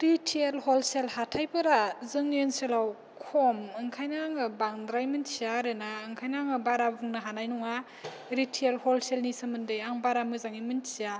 retail wholesale हाथाइफोरा जोंनि ओनसोलाव खम ओंखायनो आङो बांद्राय मिथिया आरोना ओंखायनो आङो बारा बुंनो हानाय नङा रिटेइल हलसेलनि सोमोन्दै आं बारा मिथिया